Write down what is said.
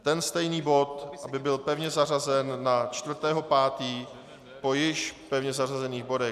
Ten stejný bod aby byl pevně zařazen na 4. 5. po již pevně zařazených bodech.